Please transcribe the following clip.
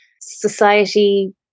society